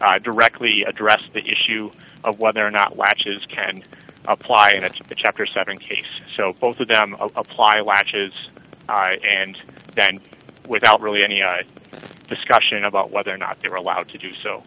i directly addressed the issue of whether or not latches can apply in the chapter setting case so both of them apply latches and then without really any discussion about whether or not they are allowed to do so